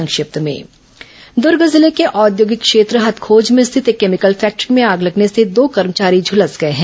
संक्षिप्त समाचार दुर्ग जिले के औद्योगिक क्षेत्र हथखोज में स्थित एक केमिकल फैक्ट्री में आग लगने से दो कर्मचारी झलस गए हैं